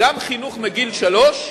גם חינוך מגיל שלוש,